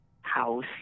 house